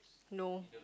no